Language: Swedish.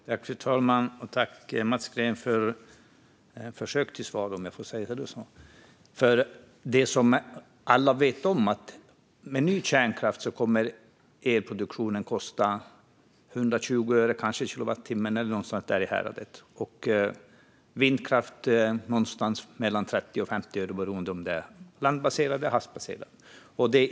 Fru talman! Jag tackar Mats Green för ett försök till svar. Alla vet att med ny kärnkraft kommer elproduktionen att kosta någonstans i häradet 120 öre kilowattimmen medan vindkraften kommer att kosta 30-50 öre beroende på om den är landbaserad eller havsbaserad.